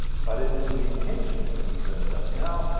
but it is the intention that concerns us now,